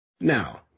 Now